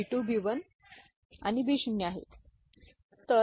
B2B1 आणिBशून्य आहेत आणि आपण हे जाणवू शकता